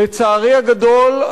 לצערי הגדול,